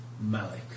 Malik